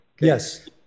Yes